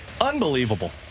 Unbelievable